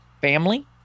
Family